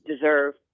deserve